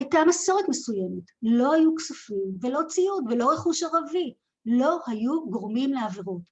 הייתה מסורת מסוימת, לא היו כספים ולא ציוד ולא רכוש ערבי, לא היו גורמים לעבירות.